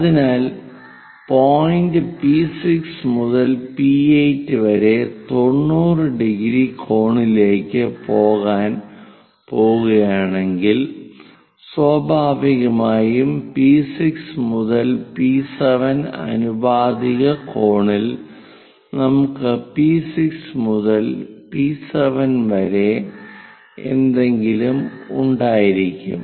അതിനാൽ point P6 മുതൽ P8 വരെ 90⁰ കോണിലേക്ക് പോകാൻ പോകുകയാണെങ്കിൽ സ്വാഭാവികമായും P6 മുതൽ P7 ആനുപാതിക കോണിൽ നമുക്ക് P6 മുതൽ P7 വരെ എന്തെങ്കിലും ഉണ്ടായിരിക്കും